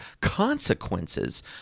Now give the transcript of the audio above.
consequences